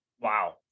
Wow